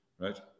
right